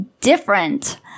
different